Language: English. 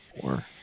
four